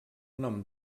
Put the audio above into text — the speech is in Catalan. nom